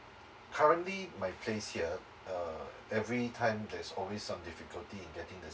currently my place here uh every time there's always some difficulty in getting the